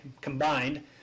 combined